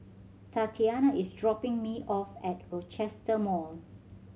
Tatianna is dropping me off at Rochester Mall